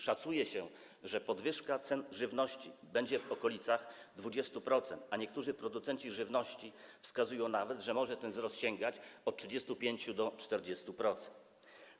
Szacuje się, że podwyżka cen żywności będzie w okolicach 20%, a niektórzy producenci żywności wskazują nawet, że ten wzrost może sięgać od 35% do 40%.